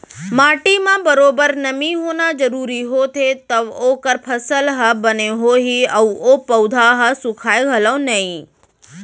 माटी म बरोबर नमी होना जरूरी होथे तव ओकर फसल ह बने होही अउ ओ पउधा ह सुखाय घलौ नई